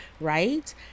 right